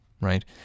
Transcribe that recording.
right